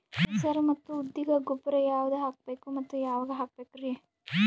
ಹೆಸರು ಮತ್ತು ಉದ್ದಿಗ ಗೊಬ್ಬರ ಯಾವದ ಹಾಕಬೇಕ ಮತ್ತ ಯಾವಾಗ ಹಾಕಬೇಕರಿ?